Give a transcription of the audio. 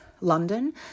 London